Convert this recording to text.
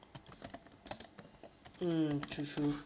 mm true true